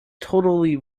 totally